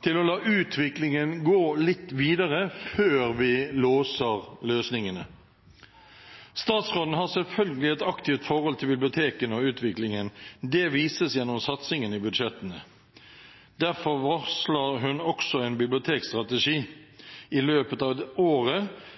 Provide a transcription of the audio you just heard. til å la utviklingen gå litt videre før vi låser løsningene. Statsråden har selvfølgelig et aktivt forhold til bibliotekene og utviklingen. Det vises gjennom satsingen i budsjettene. Derfor varsler hun også en bibliotekstrategi i løpet av året, der det